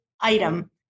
item